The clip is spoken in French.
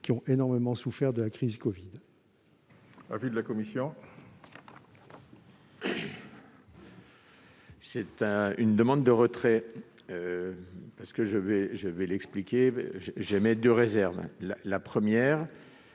qui ont énormément souffert de la crise liée